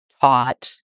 taught